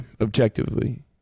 objectively